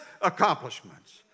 accomplishments